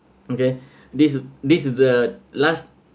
okay this this is the last